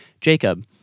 Jacob